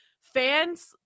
fans –